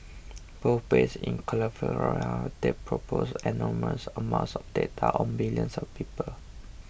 both based in California they possess enormous amounts of data on billions of people